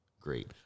great